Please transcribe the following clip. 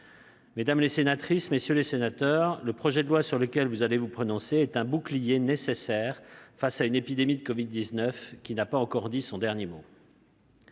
texte. Mesdames, messieurs les sénateurs, le projet de loi sur lequel vous allez vous prononcer est un bouclier nécessaire face à une épidémie de covid-19 qui n'a pas dit son dernier mot.